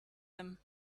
him